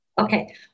Okay